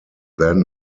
then